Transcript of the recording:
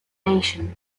nation